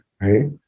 right